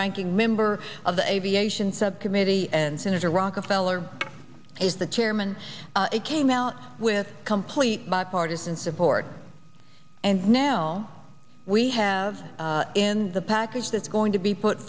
ranking member of the aviation subcommittee and senator rockefeller is the chairman it came out with complete bipartisan support and now we have in the package that's going to be put